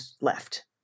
left